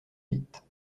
vite